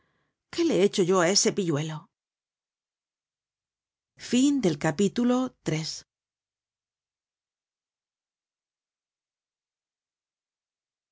qué le hecho yo á ese pilluelo content from